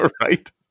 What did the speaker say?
Right